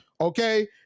okay